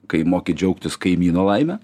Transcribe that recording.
kai moki džiaugtis kaimyno laime